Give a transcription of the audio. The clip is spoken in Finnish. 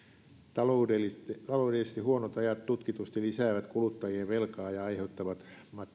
taloudellisesti taloudellisesti huonot ajat tutkitusti lisäävät kuluttajien velkaa ja aiheuttavat